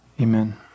Amen